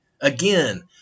again